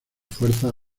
fuerzas